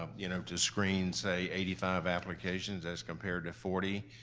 um you know, to screen, say, eighty five applications as compared to forty,